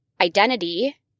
identity